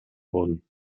worden